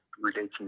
relating